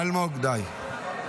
אלמוג, די.